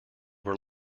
were